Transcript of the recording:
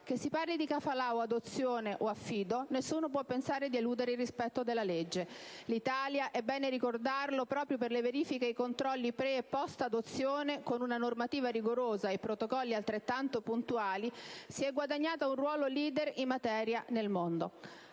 Che si parli di *kafala*, o adozione o affido, nessuno può pensare di eludere il rispetto della legge. L'Italia, è bene ricordarlo, proprio per le verifiche e i controlli pre e post adozione, con una normativa rigorosa e protocolli altrettanto puntuali si è guadagnata un ruolo *leader* in materia nel mondo.